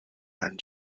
and